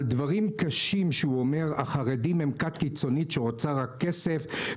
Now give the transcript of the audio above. על דברים קשים שהוא אומר: החרדים הם כת קיצונית שרוצה רק כסף,